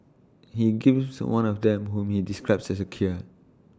he gives one of them whom may describes as A queer